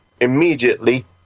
immediately